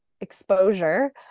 exposure